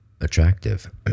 attractive